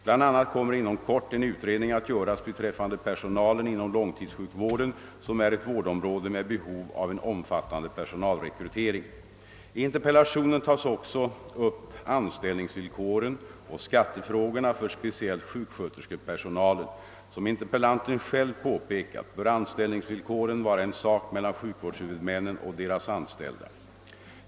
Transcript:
Bl.a. kommer inom kort en utredning att göras beträffande personalen inom långtidssjukvården, som är ett vårdområde med behov av en omfattande personalrekrytering. I interpellationen tas också upp anställningsvillkoren och skattefrågorna för speciellt sjuksköterskepersonalen. Som interpellanten själv påpekat bör anställningsvillkoren vara en sak mellan sjukvårdshuvudmännen och deras anställda.